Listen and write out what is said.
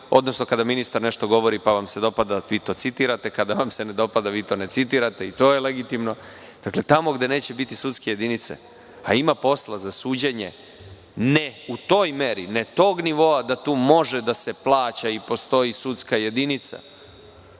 reči kada ministar nešto govori pa vam se dopadne, pa to citirate, a kada vam se ne dopada ne citirate. To je legitimno. Dakle, tamo gde neće biti sudske jedinice, a ima posla za suđenje, ne u toj meri i tog nivoa da tu može da se plaća i postoji sudska jedinica,